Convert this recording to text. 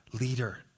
leader